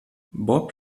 bob